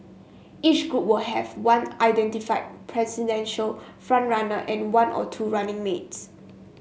each group would have one identified presidential front runner and one or two running mates